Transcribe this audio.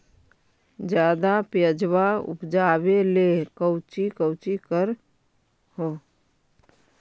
ज्यादा प्यजबा उपजाबे ले कौची कौची कर हो?